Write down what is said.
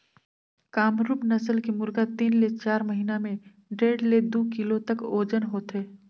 कामरूप नसल के मुरगा तीन ले चार महिना में डेढ़ ले दू किलो तक ओजन होथे